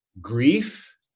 Grief